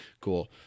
Cool